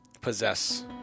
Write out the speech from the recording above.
possess